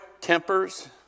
tempers